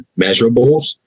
measurables